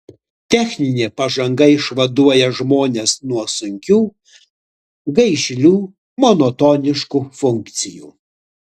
techninė pažanga išvaduoja žmones nuo sunkių gaišlių monotoniškų funkcijų